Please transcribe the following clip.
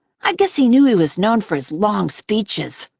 i guess he knew he was known for his long speeches,